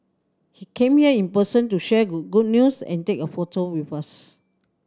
he came here in person to share good news and take a photo with us